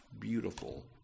beautiful